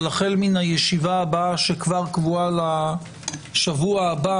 אבל החל מהישיבה הקרובה שקבועה כבר לשבוע הבא